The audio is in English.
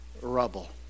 rubble